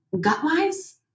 gut-wise